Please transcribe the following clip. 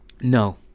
No